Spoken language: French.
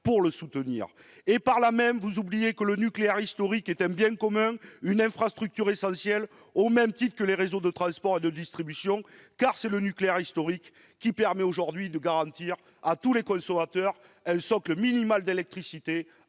pour le soutenir. Vous oubliez que le nucléaire historique est un bien commun, une infrastructure essentielle au même titre que les réseaux de transport et de distribution. C'est le nucléaire historique qui permet aujourd'hui de garantir à tous les consommateurs un socle minimal de